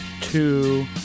two